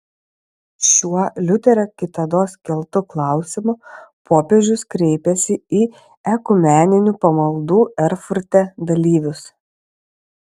šiuo liuterio kitados keltu klausimu popiežius kreipėsi į ekumeninių pamaldų erfurte dalyvius